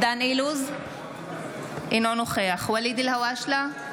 אינו נוכח ואליד אלהואשלה,